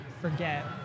forget